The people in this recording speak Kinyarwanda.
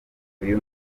uyu